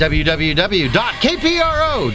www.kpro